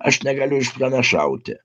aš negaliu išpranašauti